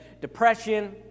depression